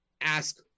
ask